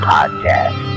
Podcast